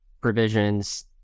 provisions